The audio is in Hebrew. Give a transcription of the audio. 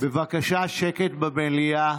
בבקשה שקט במליאה.